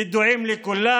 ידועים לכולם